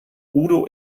udo